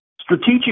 Strategic